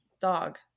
dog